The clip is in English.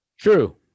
True